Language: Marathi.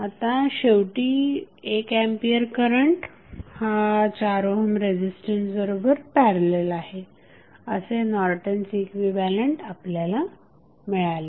आता शेवटी 1 एंपियर करंट हा 4 ओहम रेझिस्टन्स बरोबर पॅरलल आहे असे नॉर्टन्स इक्विव्हॅलंट आपल्याला मिळाले